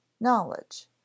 knowledge